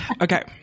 Okay